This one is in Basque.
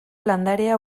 landarea